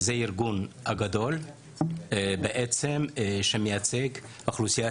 זה הארגון הכי גדול שמייצג את אוכלוסיית